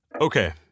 Okay